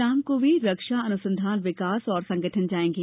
शाम को वे रक्षा अनुसंधान विकास और संगठन देखने जाएंगे